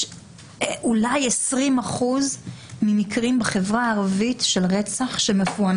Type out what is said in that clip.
אולי 20 אחוזים ממקרי הרצח בחברה הערבית מפוענחים.